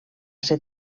ser